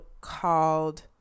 called